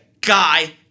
guy